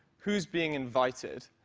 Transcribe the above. who's being invited,